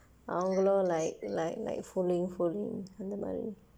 அவங்களும்:avangkalum like like like following following அந்த மாதிரி:andtha maathiri